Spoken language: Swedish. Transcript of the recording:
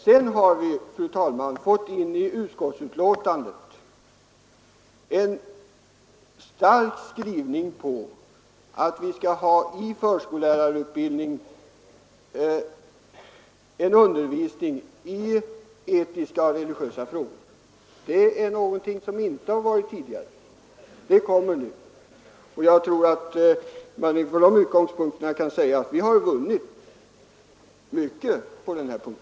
Vi har vidare, fru talman, i utskottsbetänkandet en stark skrivning om att det i förskollärarutbildningen skall intas undervisning i etiska och religiösa frågor. Det är någonting som inte har funnits tidigare. Med hänsyn till detta kan jag säga att vi har vunnit mycket på denna punkt.